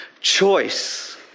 choice